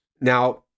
Now